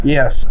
Yes